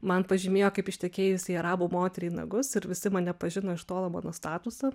man pažymėjo kaip ištekėjusiai arabų moteriai nagus ir visi mane pažino iš tolo mano statusą